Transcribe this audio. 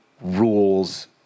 rules